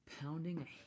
pounding